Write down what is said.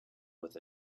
with